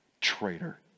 Traitor